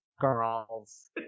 girls